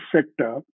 sector